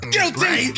Guilty